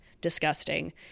disgusting